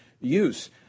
use